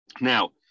Now